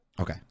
Okay